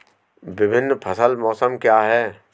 विभिन्न फसल मौसम क्या हैं?